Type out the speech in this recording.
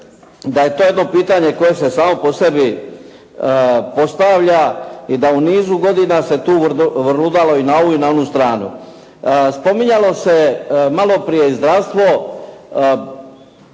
da je to jedno pitanje koje se samo po sebi postavlja i da u nizu godina se tu vrludalo i na ovu i na onu stranu. Spominjalo se malo prije i zdravstvo.